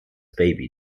baby